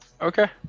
Okay